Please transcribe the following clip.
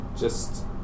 Just-